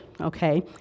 okay